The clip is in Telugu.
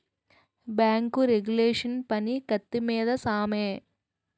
బేంకు రెగ్యులేషన్ పని కత్తి మీద సామే